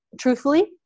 truthfully